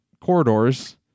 corridors